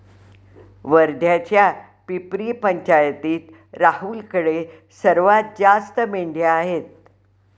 वर्ध्याच्या पिपरी पंचायतीत राहुलकडे सर्वात जास्त मेंढ्या आहेत